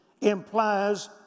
implies